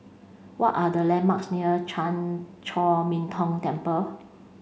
what are the landmarks near Chan Chor Min Tong Temple